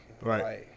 right